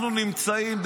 אנחנו נמצאים,